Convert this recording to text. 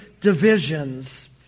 divisions